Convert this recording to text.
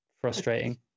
frustrating